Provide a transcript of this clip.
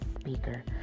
speaker